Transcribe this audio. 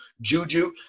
Juju